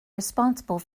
responsible